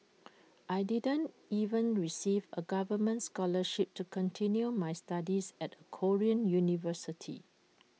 I didn't even receive A government scholarship to continue my studies at A Korean university